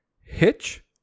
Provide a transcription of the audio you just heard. Hitch